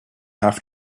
have